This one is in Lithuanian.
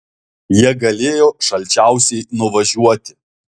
jie galėjo šalčiausiai nuvažiuoti